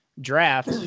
Draft